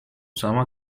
sama